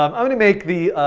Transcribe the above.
um i'm going to make the